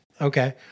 Okay